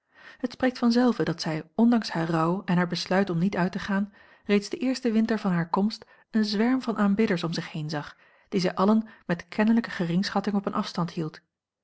het spreekt vanzelve dat zij ondanks haar rouw en haar besluit om niet uit a l g bosboom-toussaint langs een omweg te gaan reeds den eersten winter van hare komst een zwerm van aanbidders om zich heen zag die zij allen met kenneljjke geringschatting op een afstand hield